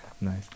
Nice